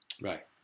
Right